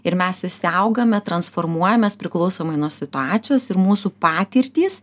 ir mes visi augame transformuojamės priklausomai nuo situacijos ir mūsų patirtys